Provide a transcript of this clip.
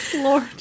lord